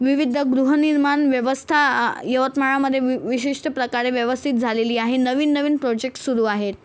विविद्द गृहनिर्मान व्यवस्था यवतमाळामधे वि विशिष्ट प्रकारे व्यवस्सित झालेली आहे नवीन नवीन प्रोजेक्ट सुरू आहेत